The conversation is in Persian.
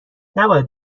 نباید